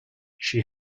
she